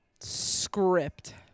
script